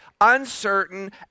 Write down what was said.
uncertain